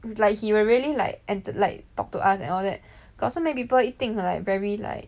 like he will really like ente~ and like talk to us and all that got so many people eating he like very like